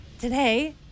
today